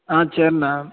ஆ சேரிண